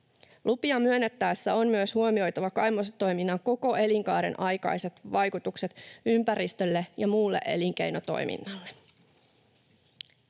Lupia myönnettäessä on myös huomioitava kaivostoiminnan koko elinkaaren aikaiset vaikutukset ympäristölle ja muulle elinkeinotoiminnalle.